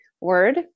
word